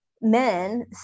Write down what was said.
men